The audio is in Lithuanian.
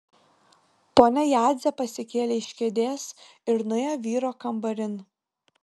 ponia jadzė pasikėlė iš kėdės ir nuėjo vyro kambarin